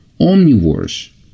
omnivores